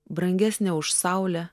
brangesnė už saulę